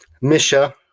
Misha